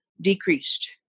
decreased